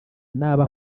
n’abo